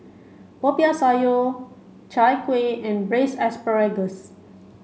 Popiah Sayur Chai Kuih and braised asparagus